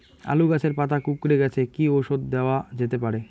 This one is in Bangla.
আলু গাছের পাতা কুকরে গেছে কি ঔষধ দেওয়া যেতে পারে?